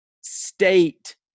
state